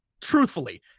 truthfully